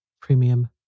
Premium